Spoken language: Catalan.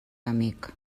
amic